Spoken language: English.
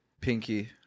Pinky